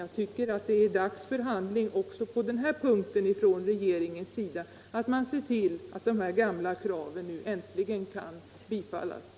Vi menar att det är dags för handling från regeringens sida, så att de gamla kraven verkligen kan tillgodoses.